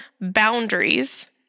boundaries